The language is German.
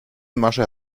masche